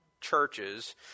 churches